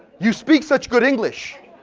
you speak such good english.